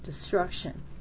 destruction